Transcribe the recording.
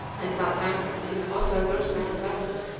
and sometimes in hot weather mats badly.